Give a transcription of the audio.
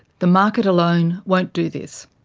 the market alone won't do this.